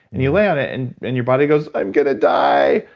and you lay on it and and your body goes, i'm gonna die!